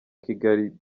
kigali